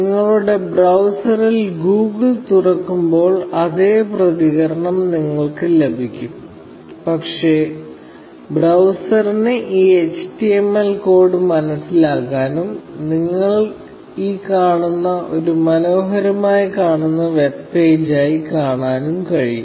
നിങ്ങളുടെ ബ്രൌസറിൽ ഗൂഗിൾ തുറക്കുമ്പോൾ അതേ പ്രതികരണം നിങ്ങൾക്ക് ലഭിക്കും പക്ഷേ ബ്രൌസറിന് ഈ HTML കോഡ് മനസ്സിലാക്കാനും നിങ്ങൾ ഈ കാണുന്ന ഒരു മനോഹരമായി കാണുന്ന വെബ് പേജായി കാണിക്കാനും കഴിയും